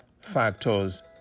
factors